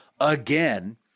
again